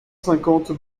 cinquante